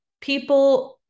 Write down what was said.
people